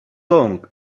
long